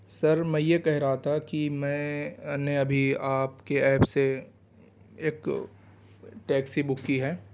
سر میں یہ کہہ رہا تھا کہ میں نے ابھی آپ کے ایپ سے ایک ٹیکسی بک کی ہے